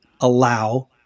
allow